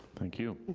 thank you.